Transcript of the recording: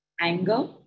anger